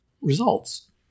results